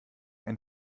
ein